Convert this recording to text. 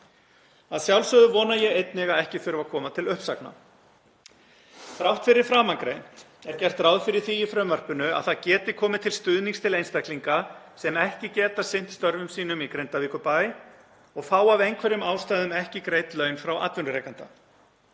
Að sjálfsögðu vona ég einnig að ekki þurfi að koma til uppsagna. Þrátt fyrir framangreint er gert ráð fyrir því í frumvarpinu að það geti komið til stuðnings til einstaklinga sem ekki geta sinnt störfum sínum í Grindavíkurbæ og fá af einhverjum ástæðum ekki greidd laun frá atvinnurekanda.